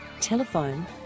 Telephone